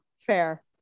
fair